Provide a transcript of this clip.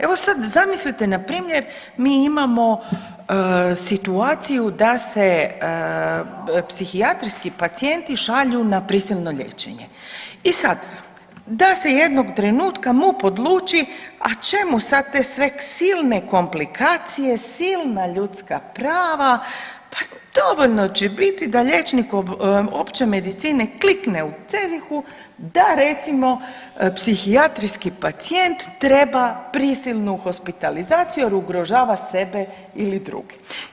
Evo sad zamislite npr. mi imamo situaciju da se psihijatrijski pacijenti šalju na prisilno liječenje i sad da se jednog trenutka MUP odluči a čemu sad sve te silne komplikacije, silna ljudska prava, pa dovoljno će biti da liječnik opće medicine klikne u CEZIH-u da recimo psihijatrijski pacijent treba prisilnu hospitalizaciju jer ugrožava sebe ili druge.